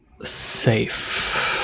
Safe